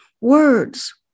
words